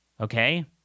Okay